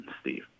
Steve